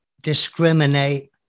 discriminate